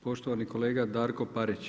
Poštovani kolega Darko Parić.